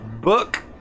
Book